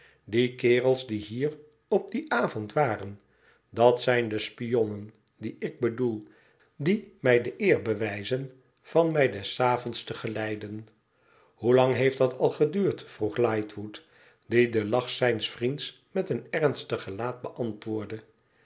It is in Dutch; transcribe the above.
die kerels die hier op dien avond waren dat zijn de spionnen die ik bedoel die mij de eer bewijzen van mij des avonds te geleiden hoelang heeft dat al geduurd vroeg lightwood die den lach zijns vriends met een ernstig gelaat beantwoordde